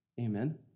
Amen